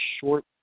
short